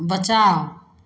बचा